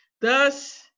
thus